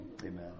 amen